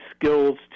skills